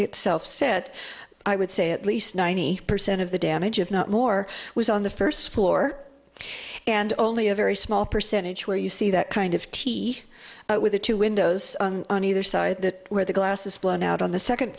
itself said i would say at least ninety percent of the damage if not more was on the first floor and only a very small percentage where you see that kind of tea with the two windows on either side that where the glass is blown out on the second